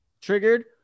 triggered